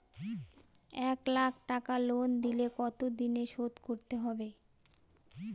এক লাখ টাকা লোন নিলে কতদিনে শোধ করতে হবে?